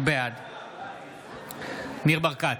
בעד ניר ברקת,